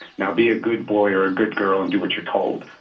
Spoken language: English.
now, be a good boy or a good girl and do what you're told.